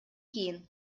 кийин